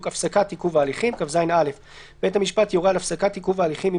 "הפסקת עיכוב ההליכים כז(א): בית המשפט יורה על הפסקת עיכוב ההליכים אם